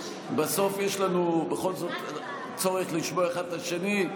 בסוף יש לנו בכל זאת צורך לשמוע אחד את השני.